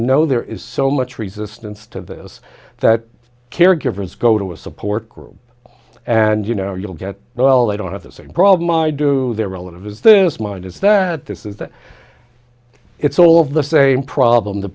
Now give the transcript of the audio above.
know there is so much resistance to this that caregivers go to a support group and you know you'll get well they don't have the same problem i do their relatives the mind is that this is that it's all of the same problem th